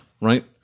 right